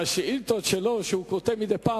והשאילתות שהוא כותב מדי פעם,